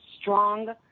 strong